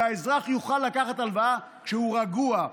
והאזרח יוכל לקחת הלוואה כשהוא רגוע.